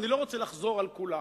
ואני לא רוצה לחזור על כולם,